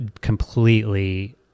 completely